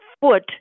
foot